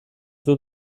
dut